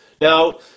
Now